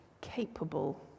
capable